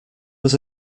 was